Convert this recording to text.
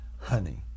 honey